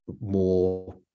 more